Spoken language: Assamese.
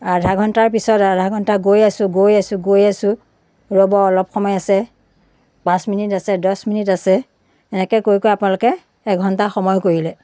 আধা ঘণ্টাৰ পিছত আধা ঘণ্টা গৈ আছো গৈ আছো গৈ আছো ৰ'ব অলপ সময় আছে পাঁচ মিনিট আছে দহ মিনিট আছে এনেকৈ কৈ কৈ আপোনালোকে এঘণ্টা সময় কৰিলে